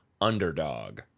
underdog